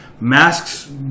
Masks